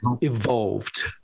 evolved